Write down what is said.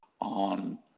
on